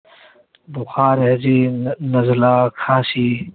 بُخار ہے جی نزلا کھانسی